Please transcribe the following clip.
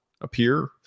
appear